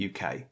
UK